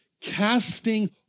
casting